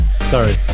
Sorry